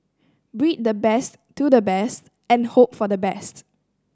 breed the best to the best and hope for the best